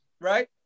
right